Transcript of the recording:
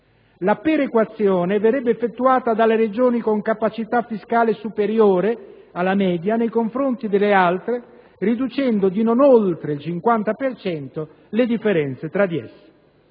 La perequazione verrebbe effettuata dalle Regioni con capacità fiscale superiore alla media nei confronti delle altre, riducendo di non oltre il 50 per cento le differenze tra di esse.